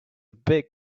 big